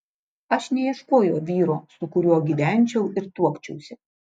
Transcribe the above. aš neieškojau vyro su kuriuo gyvenčiau ir tuokčiausi